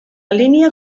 línia